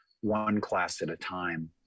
one-class-at-a-time